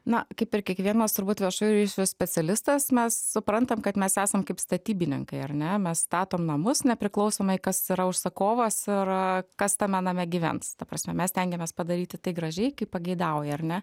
na kaip ir kiekvienas viešųjų ryšių specialistas mes suprantam kad mes esam kaip statybininkai ar ne mes statom namus nepriklausomai kas yra užsakovas ir kas tame name gyvens ta prasme mes stengiamės padaryti tai gražiai kaip pageidauja ar ne